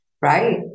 Right